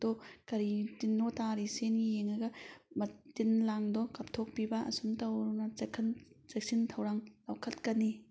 two ꯀꯔꯤ ꯇꯤꯟꯅꯣ ꯇꯥꯔꯤꯁꯦꯅ ꯌꯦꯡꯉꯒ ꯇꯤꯟ ꯂꯥꯡꯗꯣ ꯀꯥꯞꯊꯣꯛꯄꯤꯕ ꯑꯁꯨꯝ ꯇꯧꯅ ꯆꯦꯛꯁꯤꯟ ꯊꯧꯔꯥꯡ ꯂꯧꯈꯠꯀꯅꯤ